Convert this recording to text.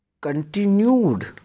continued